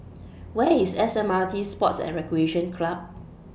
Where IS S M R T Sports and Recreation Club